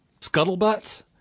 scuttlebutt